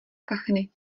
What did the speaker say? kachny